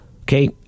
Okay